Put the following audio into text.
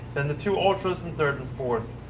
then the two ultras in third and fourth.